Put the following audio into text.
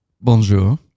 Bonjour